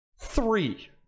three